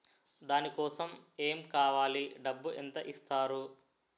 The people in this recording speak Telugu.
దాని కోసం ఎమ్ కావాలి డబ్బు ఎంత ఇస్తారు?